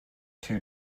two